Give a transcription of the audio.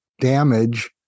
damage